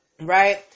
right